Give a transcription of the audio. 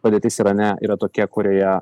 padėtis irane yra tokia kurioje